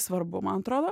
svarbu man atrodo